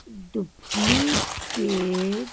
duplicate